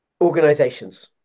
organizations